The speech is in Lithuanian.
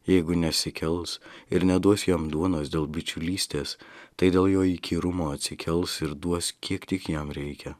jeigu nesikels ir neduos jam duonos dėl bičiulystės tai dėl jo įkyrumo atsikels ir duos kiek tik jam reikia